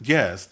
Yes